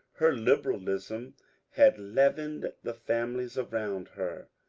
her liberalism had leavened the families around her.